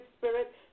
spirit